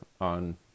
on